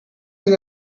den